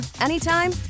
anytime